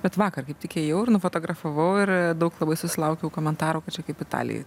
bet vakar kaip tik ėjau ir nufotografavau ir daug labai susilaukiau komentarų kad čia kaip italijoj